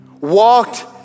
walked